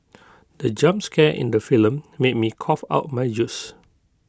the jump scare in the film made me cough out my juice